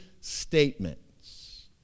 statements